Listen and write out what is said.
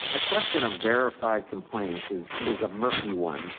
ah question of verified complaint because it's a murky one.